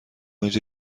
اینجا